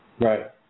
Right